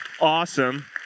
awesome